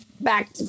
back